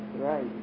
Right